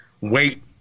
wait